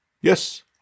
yes